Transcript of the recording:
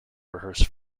rehearse